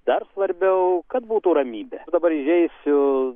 dar svarbiau kad būtų ramybė o dabar įžeisiu